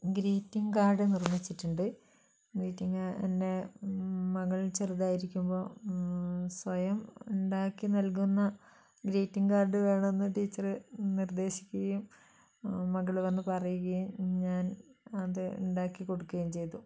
greeting card നിർമ്മിച്ചിട്ടുണ്ട് greeting എൻ്റെ മകൾ ചെറുതായിരിക്കുമ്പോൾ സ്വയം ഉണ്ടാക്കി നൽകുന്ന ഗ്രീറ്റിംഗ് കാർഡ് വേണം എന്ന് ടീച്ചറ് നിർദ്ദേശിക്കുകയും മകൾ വന്ന് പറയുകയും ഞാൻ അത് ഉണ്ടാക്കിക്കൊടുക്കുകയും ചെയ്തു